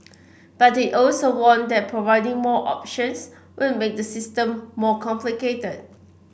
but he also warned that providing more options would make the system more complicated